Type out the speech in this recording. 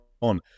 on